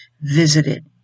visited